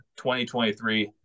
2023